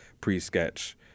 pre-sketch